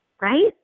right